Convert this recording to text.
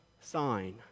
sign